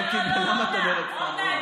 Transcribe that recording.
למה את אומרת סתם, אורנה?